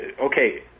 okay